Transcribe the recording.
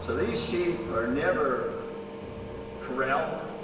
these sheep are never corralled,